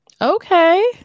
Okay